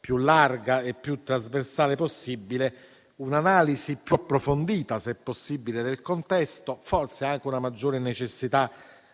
più ampia e trasversale possibile, un'analisi più approfondita del contesto e forse anche una maggiore necessità